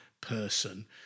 person